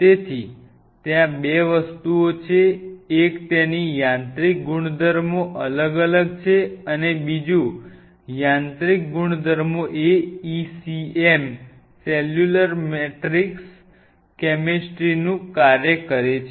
તેથી ત્યાં બે વસ્તુઓ છે એક તેની યાંત્રિક ગુણધર્મો અલગ અલગ છે અને બીજું યાંત્રિક ગુણધર્મો એ ECM સેલ્યુલર કેમેસ્ટ્રીનું કાર્ય છે